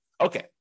Okay